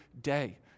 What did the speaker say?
day